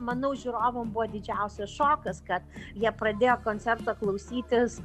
manau žiūrovam buvo didžiausias šokas kad jie pradėjo koncerto klausytis